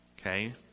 Okay